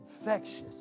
infectious